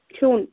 کھیوٚن